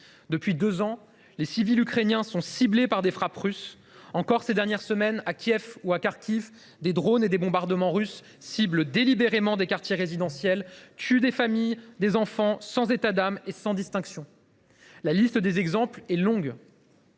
Depuis deux ans, les civils ukrainiens sont ciblés par des frappes russes. Ces dernières semaines encore, à Kiev ou à Kharkiv, des drones et des bombardements russes ciblent délibérément des quartiers résidentiels, tuent des familles et des enfants, sans états d’âme et sans distinction. La liste des exemples est longue